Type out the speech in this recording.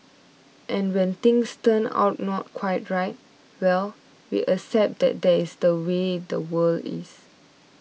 and when things turn out not quite right well we accept that that is the way the world is